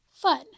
fun